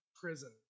Prison